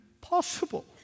possible